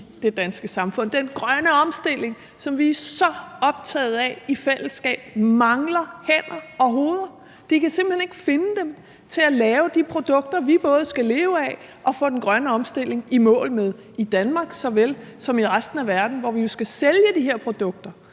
Den grønne omstilling, som vi er så optaget af i fællesskab, mangler hænder og hoveder. Man kan simpelt hen ikke finde dem til at lave de produkter, vi både skal leve af og få den grønne omstilling i mål med i Danmark såvel som i resten af verden, hvor vi jo skal sælge de her produkter,